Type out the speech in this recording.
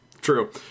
true